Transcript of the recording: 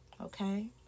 Okay